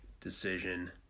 decision